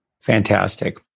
Fantastic